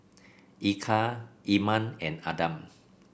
Eka Iman and Adam